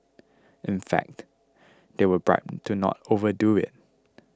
in fact they were bribed to not overdo it